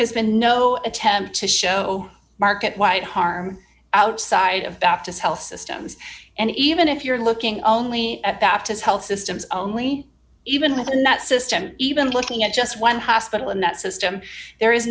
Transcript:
has been no attempt to show market wide harm outside of baptist health systems and even if you're looking only at baptist health systems only even within that system even looking at just one hospital in that system there is